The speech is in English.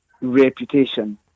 reputation